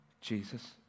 Jesus